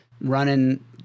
running